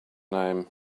name